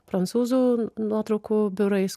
prancūzų nuotraukų biurais